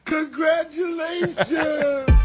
Congratulations